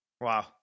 Wow